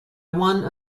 one